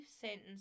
sentence